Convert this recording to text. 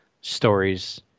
stories